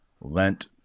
Lent